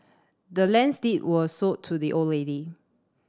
the land's deed was sold to the old lady